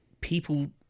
people